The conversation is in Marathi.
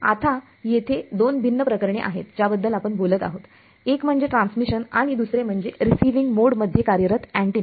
आता येथे दोन भिन्न प्रकरणे आहेत ज्याबद्दल आपण बोलत आहोत एक म्हणजे ट्रान्समिशन आणि दुसरे म्हणजे रिसीव्हिंग मोड मध्ये कार्यरत अँटेना